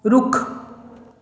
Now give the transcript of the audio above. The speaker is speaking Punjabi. ਰੁੱਖ